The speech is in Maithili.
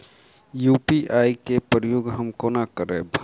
यु.पी.आई केँ प्रयोग हम कोना करबे?